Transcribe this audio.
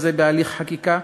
כזה בהליך חקיקה,